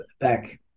back